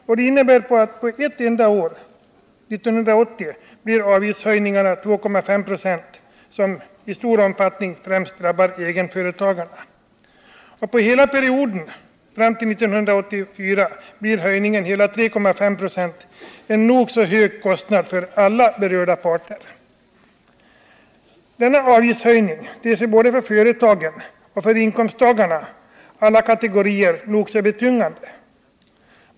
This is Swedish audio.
Detta innebär att under ett enda år, 1980, blir avgiftshöjningarna 2,5 96, vilka i stor utsträckning drabbar egenföretagarna. För hela perioden fram till 1984 blir höjningen hela 3,5 26 — en nog så hög kostnad för alla berörda parter. Denna avgiftshöjning ter sig både för företagen och för inkomsttagarna — alla kategorier — nog så betungande.